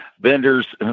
vendors